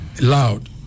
loud